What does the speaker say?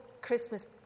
Christmas